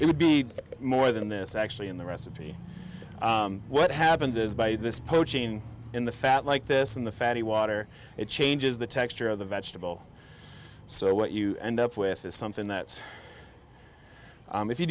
it would be more than this actually in the recipe what happens is by this poaching in the fat like this in the fatty water it changes the texture of the vegetable so what you end up with is something that if you